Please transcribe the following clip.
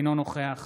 אינו נוכח